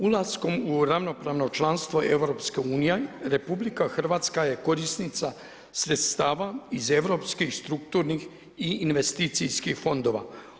Ulaskom u ravnopravno članstvo EU RH je korisnica sredstava iz europskih strukturnih i investicijskih fondova.